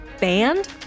banned